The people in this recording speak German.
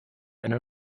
eine